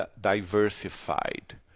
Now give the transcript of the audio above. diversified